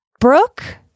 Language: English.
Brooke